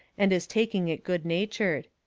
and is taking it good-natured.